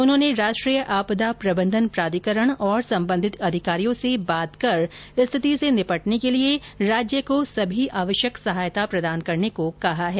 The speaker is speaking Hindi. उन्होंने राष्ट्रीय आपदा प्रबंधन प्राधिकरण और संबंधित अधिकारियों से बात कर स्थिति से निपटने के लिए राज्य को सभी आवश्यक सहायता प्रदान करने को कहा है